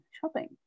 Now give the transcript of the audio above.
shopping